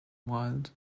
wild